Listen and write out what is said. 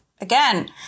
again